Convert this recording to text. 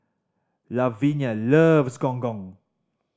Lavinia loves Gong Gong